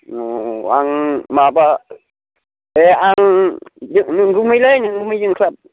अ आं माबा बे आं नोंगुमैलै नोंगुमै जोंख्लाब